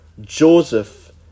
Joseph